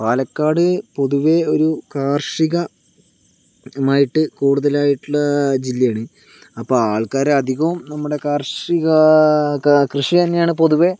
പാലക്കാട് പൊതുവെ ഒരു കാർഷികമായിട്ട് കൂടുതലായിട്ടുള്ള ജില്ലയാണ് അപ്പോൾ ആൾക്കാര് അധികവും നമ്മുടെ കാർഷിക കൃഷിതന്നെയാണ് പൊതുവെ